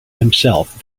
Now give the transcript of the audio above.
himself